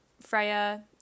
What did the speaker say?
Freya